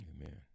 Amen